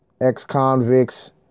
ex-convicts